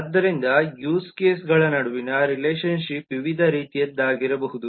ಆದ್ದರಿಂದ ಯೂಸ್ ಕೇಸ್ಗಳ ನಡುವಿನ ರಿಲೇಶನ್ಶಿಪ್ ವಿವಿಧ ರೀತಿಯದ್ದಾಗಿರಬಹುದು